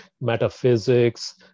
metaphysics